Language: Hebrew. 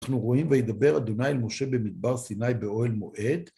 אנחנו רואים וידבר אדוני אל משה במדבר סיני באוהל מועד.